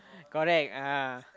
correct ah